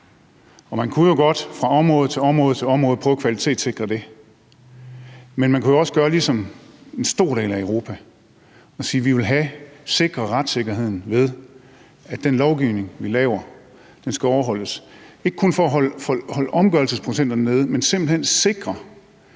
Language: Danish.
Man kunne godt fra område til område prøve at kvalitetssikre det, men man kunne jo også gøre ligesom en stor del af Europa og sige, at vi vil have sikret retssikkerheden, ved at den lovgivning, vi laver, skal overholdes, ikke kun for at holde omgørelsesprocenterne nede, men simpelt hen for